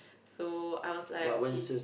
so I was like okay